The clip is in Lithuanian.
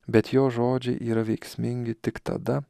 bet jo žodžiai yra veiksmingi tik tada